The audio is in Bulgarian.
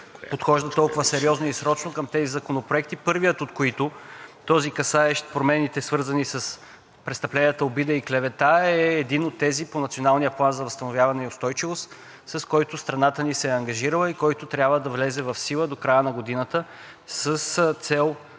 подхожда толкова сериозно и срочно към тези законопроекти, първият от които – този, касаещ промените, свързани с престъпленията обида и клевета, е един от тези по Националния план за възстановяване и устойчивост, с който страната ни се е ангажирала и който трябва да влезе в сила до края на годината, с цел